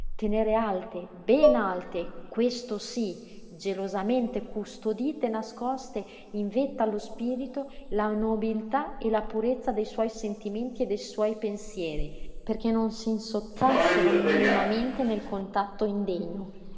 tenere alte ben alte questo sí gelosamente custodite e nascoste in vetta allo spirito la nobiltà e la purezza dei suoi sentimenti e dei suoi pensieri perché non s'insozzassero minimamente nel contatto indegno